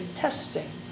testing